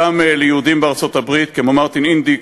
וגם ליהודים בארצות-הברית כמו מרטין אינדיק,